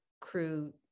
crew